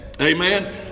amen